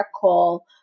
call